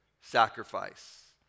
sacrifice